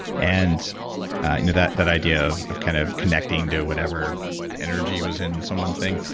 and you know that that idea of of kind of connecting to whenever energy was in someone thing.